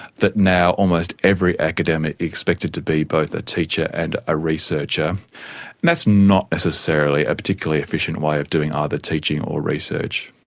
that now almost every academic is expected to be both a teacher and a researcher, and that's not necessarily a particularly efficient way of doing either teaching or research.